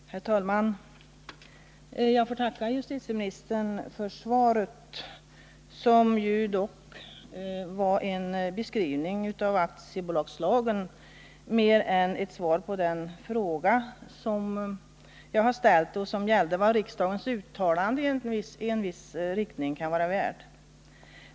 Herr talman! Jag får tacka justitieministern för svaret, som dock mer var en beskrivning av aktiebolagslagen än ett svar på den fråga som jag ställt och som gäller vad riksdagens uttalande i en viss riktning kan vara värt.